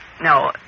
No